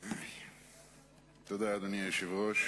תודה, אדוני היושב-ראש.